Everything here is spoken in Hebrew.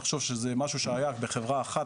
תחשוב שזה משהו שהיה בחברה אחת,